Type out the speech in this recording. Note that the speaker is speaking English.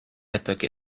epoch